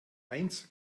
eins